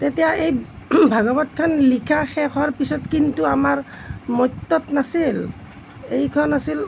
তেতিয়া এই ভাগৱতখন লিখা শেষ হোৱাৰ পিছত কিন্তু আমাৰ মৰ্ত্যত নাছিল এইখন আছিল